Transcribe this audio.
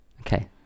Okay